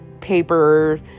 paper